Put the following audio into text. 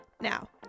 Now